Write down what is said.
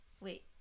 Wait